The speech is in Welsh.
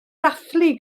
dathlu